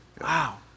Wow